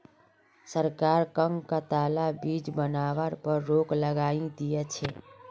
सरकार कं कताला चीज बनावार पर रोक लगइं दिया छे